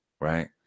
Right